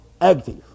active